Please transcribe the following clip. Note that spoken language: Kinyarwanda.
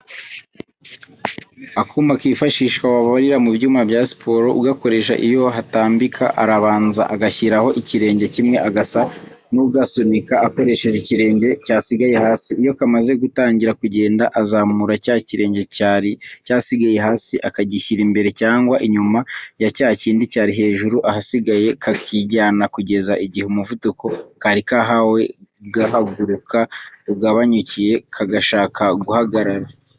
Akuma kifashishwa wabarira mu byuma bya siporo. Ugakoresha iyo hatambika arabanza agashyiraho ikirenge kimwe agasa n'ugasunika akoresheje ikirenge cyasigaye hasi. Iyo kamaze gutangira kugenda, azamura cya kirenge cyari cyasigaye hasi akagishyira imbere cyangwa inyuma ya cya kindi cyari hejuru, ahasigaye kakijyana kugeza igihe umuvuduko kari kahawe gahaguruka ugabanyukiye kagashaka guhagarara.